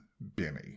Benny